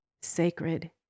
sacred